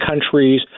countries